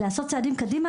לעשות צעדים קדימה,